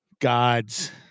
Gods